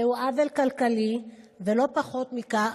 זהו עוול כלכלי, ולא פחות מכך,